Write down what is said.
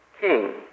King